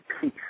peace